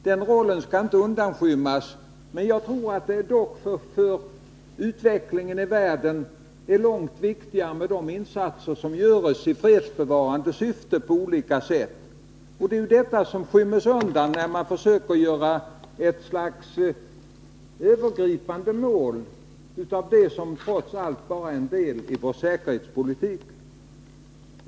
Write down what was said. Den rollen skall inte undanskymmas, men jag tror att de insatser som på olika sätt görs i fredsbevarande syfte är långt viktigare för utvecklingen i världen. Dessa skyms undan när man försöker göra ett slags övergripande mål av det som trots allt bara är en del i vår säkerhetspolitik.